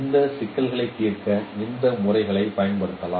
இந்த சிக்கல்களைத் தீர்க்க அந்த முறைகள் பயன்படுத்தப்படலாம்